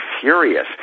furious